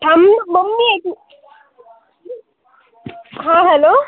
थांब ना मम्मी हां हॅलो